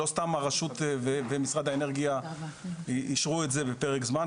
לא סתם הרשות ומשרד האנרגיה אישרו את זה בפרק זמן.